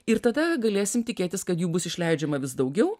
ir tada galėsim tikėtis kad jų bus išleidžiama vis daugiau